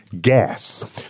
gas